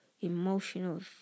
emotional